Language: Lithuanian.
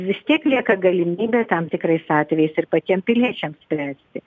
vis tiek lieka galimybė tam tikrais atvejais ir patiem piliečiam spręsti